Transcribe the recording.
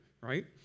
right